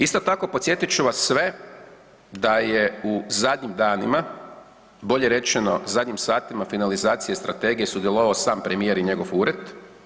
Isto tako podsjetit ću vas sve da je u zadnjim danima, bolje rečeno zadnjim satima, finalizacije strategije sudjelovao sam premijer i njegov ured.